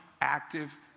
active